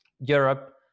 Europe